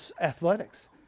athletics